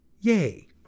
Yay